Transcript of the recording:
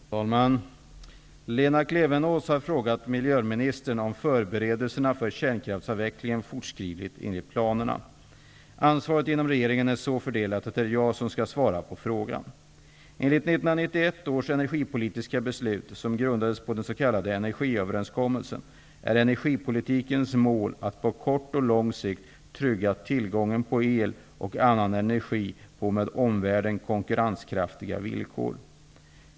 Herr talman! Lena Klevenås har frågat miljöministern om förberedelserna för kärnkraftsavvecklingen fortskrider enligt planerna. Ansvaret inom regeringen är så fördelat att det är jag som skall svara på frågan. Enligt 1991 års energipolitiska beslut, som grundades på den s.k. energiöverenskommelsen, är energipolitikens mål att på kort och lång sikt trygga tillgången på el och annan energi på med omvärlden konkurrenskraftiga villkor.